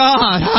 God